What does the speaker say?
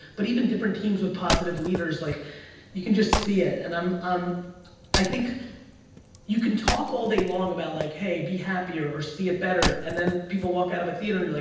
but even different teams with positive leaders, like you can just see it and um um i think you can talk all day long about, like hey, be happy or or see it better, and then people walk out of a theater, and they're like,